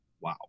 wow